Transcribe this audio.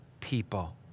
people